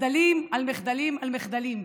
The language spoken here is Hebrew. מחדלים על מחדלים על מחדלים.